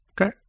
Okay